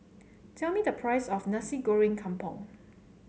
tell me the price of Nasi Goreng Kampung